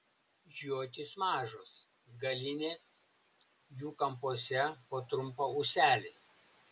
žiotys mažos galinės jų kampuose po trumpą ūselį